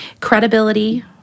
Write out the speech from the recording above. credibility